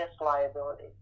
liability